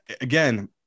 again